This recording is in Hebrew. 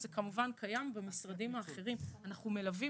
זה כמובן קיים במשרדים אחרים ואנחנו מלווים